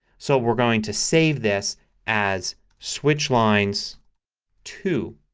so we're going to save this as switch lines two.